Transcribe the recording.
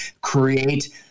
create